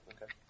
Okay